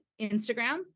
Instagram